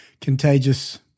contagious